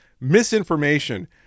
misinformation